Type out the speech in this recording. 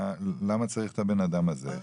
למה צריך את הבן אדם הזה?